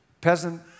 peasant